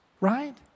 right